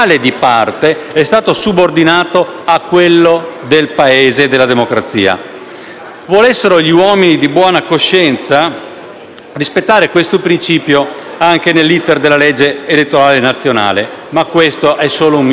a quello del Paese e della democrazia. Volessero gli uomini di buona coscienza rispettare questo principio anche nell'*iter* della legge elettorale nazionale. Questo, però, è solo un mio auspicio, purtroppo. Vedremo.